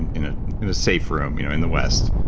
and in ah in a safe room you know in the west,